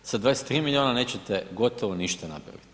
Sa 23 miliona nećete gotovo ništa napraviti.